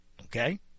Okay